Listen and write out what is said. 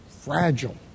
fragile